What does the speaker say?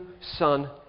son